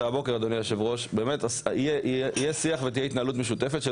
הבוקר אדוני היושב ראש יהיה שיח ותהיה התנהלות משותפת כדי